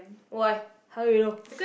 why how do you know